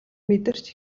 мэдэрч